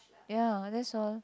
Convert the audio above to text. ya that's all